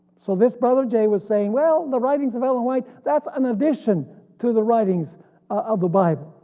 so this brother j was saying, well the writings of ellen white that's an addition to the writings of the bible.